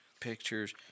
pictures